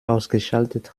ausgeschaltet